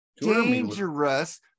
Dangerous